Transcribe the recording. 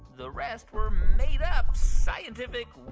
the rest-were-made-up scientific